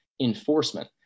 enforcement